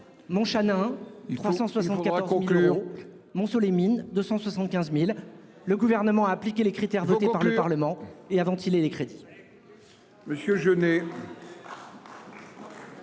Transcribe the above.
Montchanin a reçu 374 000 euros et Montceau les Mines 275 000 euros. Le Gouvernement a appliqué les critères votés par le Parlement et a ventilé les crédits